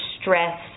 stress